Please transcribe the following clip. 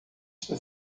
está